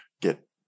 get